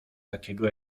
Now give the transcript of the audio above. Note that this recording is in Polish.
takiego